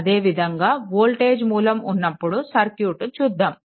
అదేవిధంగా వోల్టేజ్ మూలం ఉన్నప్పుడు సర్క్యూట్ చూద్దాము